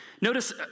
Notice